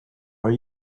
are